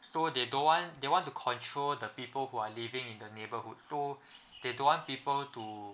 so they don't want they want to control the people who are living in the neighbourhood so they don't want people to